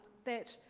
that